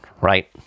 right